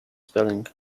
spelling